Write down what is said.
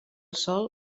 sòl